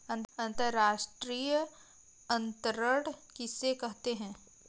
अंतर्राष्ट्रीय अंतरण किसे कहते हैं?